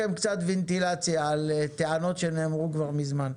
אפשרתי לכם קצת ונטילציה על טענות שנאמרו כבר מזמן.